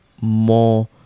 more